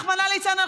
רחמנא ליצלן,